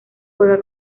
juega